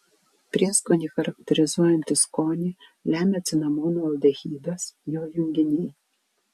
prieskonį charakterizuojantį skonį lemia cinamono aldehidas jo junginiai